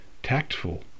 tactful